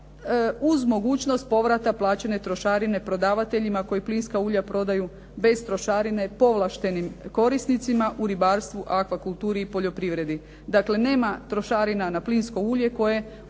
uz mogućnost povrata plaćanja trošarine prodavateljima koji plinska ulja prodaju bez trošarine povlaštenim korisnicima u ribarstvu, akvakulturi i poljoprivredi. Dakle, nema trošarina na plinsko ulje koje